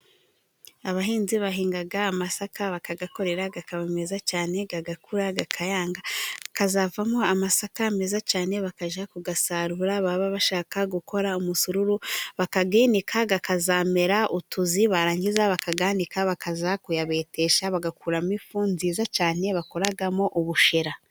Abahinzi bahinga amasaka bakayakorera, akaba meza cyane, agakura, akayanga, akazavamo amasaka meza cyane bakajya kuyasarura, baba bashaka gukora umusururu bakayininika, akazamera utuzi, barangiza bakayanika bakajya kuyabetesha bagakuramo ifu nziza cyane, bakoramo ubushera.